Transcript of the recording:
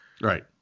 Right